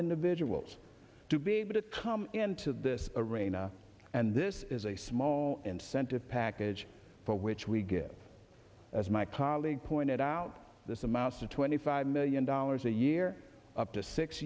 individuals to be able to come into this arena and this is a small incentive package for which we get as my colleague pointed out this amounts to twenty five million dollars a year up to six